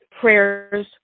prayers